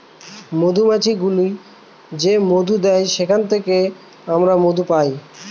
মধুমাছি গুলো যে মধু দেয় সেখান থেকে মধু পায়